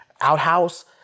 Outhouse